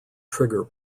trigger